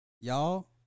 y'all